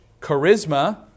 charisma